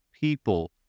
People